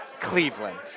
Cleveland